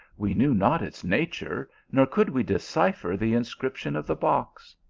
we knew not its nature, nor could we decipher the inscription of the box.